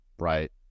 Right